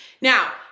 Now